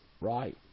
right